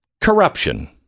corruption